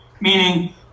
meaning